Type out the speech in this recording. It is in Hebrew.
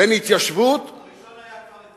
בין התיישבות, הראשון היה כפר-עציון.